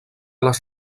les